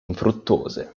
infruttuose